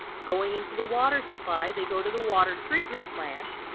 going into the water supply, they go to the water treatment plant,